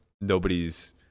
nobody's